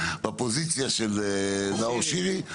בפוזיציה של נאור שירי,